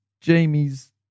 Jamie's